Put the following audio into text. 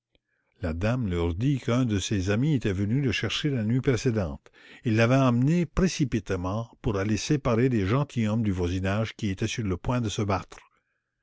la dame leur dit qu'un de ses amis était venu le chercher la nuit précédente et l'avait emmené précipitemment pour aller séparer des gentilshommes du voisinage qui étaient sur le point de se battre